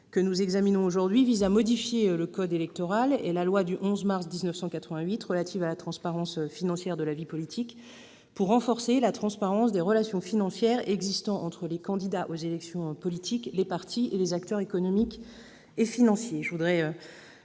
et républicain, vise à modifier le code électoral et la loi du 11 mars 1988 relative à la transparence financière de la vie politique pour renforcer la transparence des relations financières existant entre les candidats aux élections politiques, les partis et les acteurs économiques et financiers.